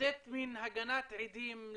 לתת מין הגנת עדים,